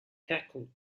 tackled